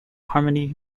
harmony